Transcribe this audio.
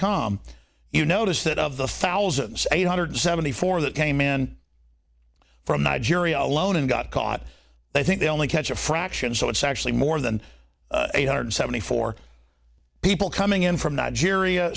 com you notice that of the thousands eight hundred seventy four that came in from nigeria alone and got caught they think they only catch a fraction so it's actually more than eight hundred seventy four people coming in from nigeria